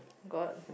god